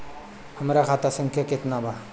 हमरा खाता संख्या केतना बा?